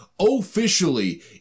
officially